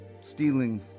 stealing